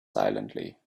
silently